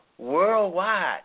worldwide